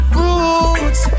roots